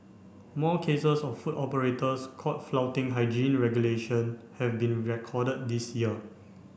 more cases of food operators caught flouting hygiene regulation have been recorded this year